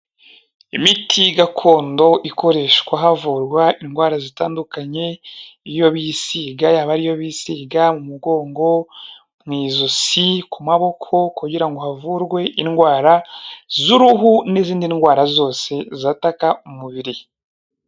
Imiti gakondo ikoreshwa havurwa indwara zitandukanye, yaba ariyo bisiga mu mugongo, mu izosi, ku maboko, kugira ngo havurwe indwara z'uruhu n'izindi ndwara zose zataka umubiri.